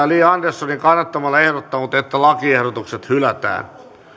li anderssonin kannattamana ehdottanut että lakiehdotukset hylätään